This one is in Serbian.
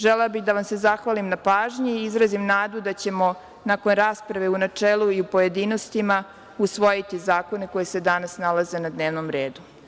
Želela bih da vam se zahvalim na pažnji i izrazim nadu da ćemo nakon rasprave u načelu i u pojedinostima usvojiti zakone koji se danas nalaze na dnevnom redu.